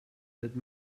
that